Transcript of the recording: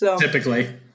Typically